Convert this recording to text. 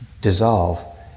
dissolve